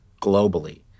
globally